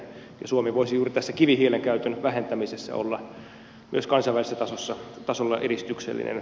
suomi voisi juuri tässä kivihiilen käytön vähentämisessä olla myös kansainvälisellä tasolla edistyksellinen